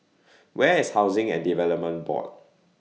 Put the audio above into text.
Where IS Housing and Development Board